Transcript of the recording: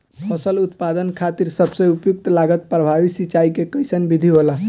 फसल उत्पादन खातिर सबसे उपयुक्त लागत प्रभावी सिंचाई के कइसन विधि होला?